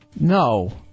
No